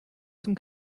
zum